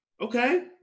Okay